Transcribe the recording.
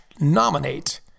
nominate